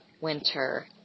winter